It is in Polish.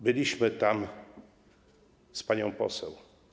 Byliśmy tam z panią poseł.